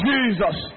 Jesus